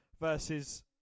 versus